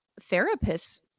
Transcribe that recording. therapists